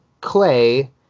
clay